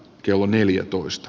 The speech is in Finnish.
kello neljätoista